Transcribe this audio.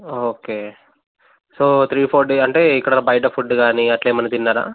okay so three four day అంటే ఇక్కడ బయట ఫుడ్ గానీ అట్లా ఏమన్నా తిన్నారా